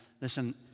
Listen